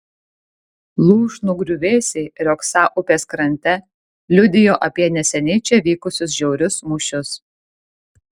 lūšnų griuvėsiai riogsą upės krante liudijo apie neseniai čia vykusius žiaurius mūšius